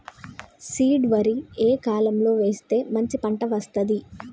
Seed వరి ఏ కాలం లో వేస్తే మంచి పంట వస్తది?